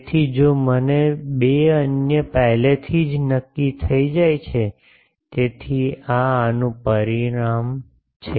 તેથી જો મને 2 અન્ય પહેલેથી જ નક્કી થઈ જાય છે તેથી આ આનું પરિણામ છે